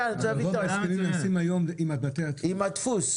ההסכמים נעשים היום עם בתי הדפוס.